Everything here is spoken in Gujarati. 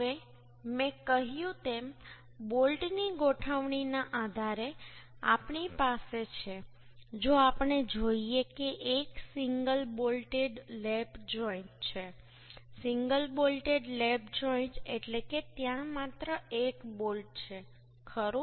હવે મેં કહ્યું તેમ બોલ્ટની ગોઠવણીના આધારે આપણી પાસે છે જો આપણે જોઈએ કે એક સિંગલ બોલ્ટેડ લેપ જોઇન્ટ છે સિંગલ બોલ્ટેડ લેપ જોઇન્ટ એટલે કે ત્યાં માત્ર એક બોલ્ટ છે ખરું